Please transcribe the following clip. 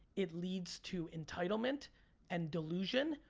it leads to entitlement and delusion,